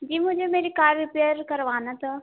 जी मुझे मेरी car repair करवाना था